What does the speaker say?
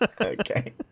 Okay